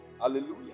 hallelujah